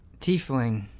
tiefling